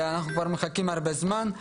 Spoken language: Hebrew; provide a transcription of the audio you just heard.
אנחנו מחכים כבר הרבה זמן,